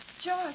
George